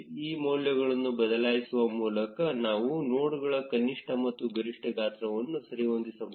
ಈ ಮೌಲ್ಯಗಳನ್ನು ಬದಲಾಯಿಸುವ ಮೂಲಕ ನಾವು ನೋಡ್ಗಳ ಕನಿಷ್ಠ ಮತ್ತು ಗರಿಷ್ಠ ಗಾತ್ರವನ್ನು ಸರಿಹೊಂದಿಸಬಹುದು